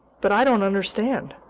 but i don't understand!